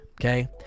okay